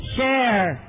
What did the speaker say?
Share